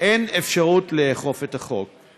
אין אפשרות לאכוף את החוק.